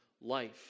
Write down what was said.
life